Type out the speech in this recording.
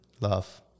love